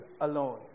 alone